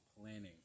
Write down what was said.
planning